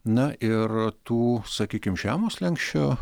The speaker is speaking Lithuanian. na ir tų sakykim žemo slenksčio